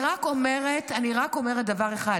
אני רק אומרת דבר אחד,